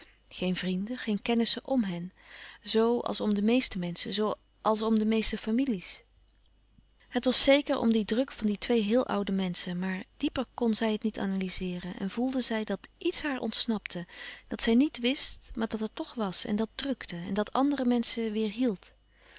geen vrienden geen kennissen m hen zoo als om de meeste menschen zoo als om de meeste families het was zéker om dien druk van die twee héel oude menschen maar dieper kn zij het niet analyzeeren en voelde zij dat ièts haar ontsnapte dat louis couperus van oude menschen de dingen die voorbij gaan zij niet wist maar dat er toch was en dat drukte en dat andere menschen